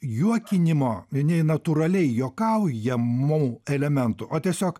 juokinimo nei natūraliai juokaujamų elementų o tiesiog